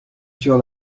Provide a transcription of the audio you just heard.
sur